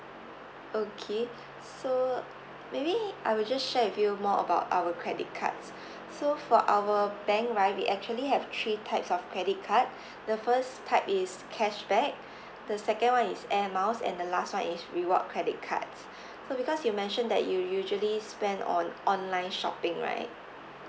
okay so maybe I will just share with you more about our credit cards so for our bank right we actually have three types of credit card the first type is cashback the second one is air miles and the last one is reward credit cards so because you mention that you usually spend on online shopping right